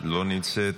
לא נמצאת,